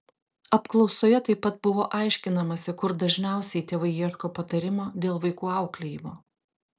apklausoje taip pat buvo aiškinamasi kur dažniausiai tėvai ieško patarimo dėl vaikų auklėjimo